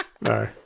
no